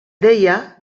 deia